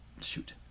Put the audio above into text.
Shoot